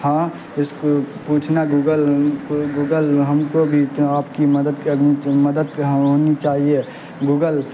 ہاں اس پوچھنا گوگل گوگل ہم کو بھی آپ کی مدد کرنی مدد ہونی چاہیے گوگل